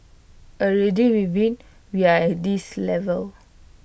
already with IT we are at this level